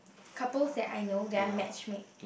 couples that I know that are match make